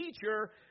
Teacher